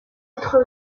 être